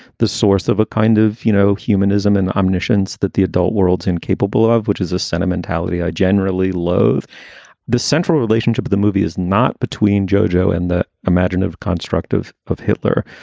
the source of a kind of, you know, humanism and ammunitions that the adult world's incapable of, which is a sentimentality. i generally loathe the central relationship. the movie is not between joe-joe and the imagine of constructive of hitler.